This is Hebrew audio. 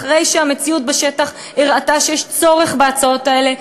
אחרי שהמציאות בשטח הראתה שיש צורך בהצעות האלה.